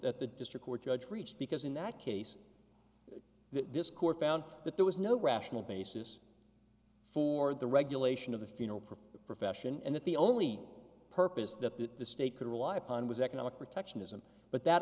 that the district court judge reached because in that case this court found that there was no rational basis for the regulation of the funeral proposed profession and that the only purpose that the state could rely upon was economic protectionism but that